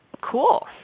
Cool